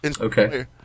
Okay